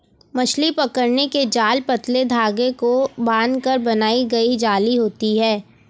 मछली पकड़ने के जाल पतले धागे को बांधकर बनाई गई जाली होती हैं